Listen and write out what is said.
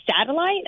satellite